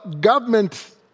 government